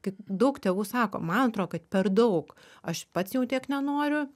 kai daug tėvų sako man atrodo kad per daug aš pats jau tiek nenoriu